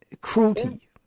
cruelty